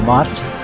March